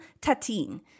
Tatine